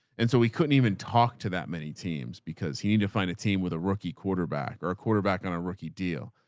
and so we couldn't even talk to that many teams because he needed to find a team with a rookie quarterback or a quarterback on a rookie deal.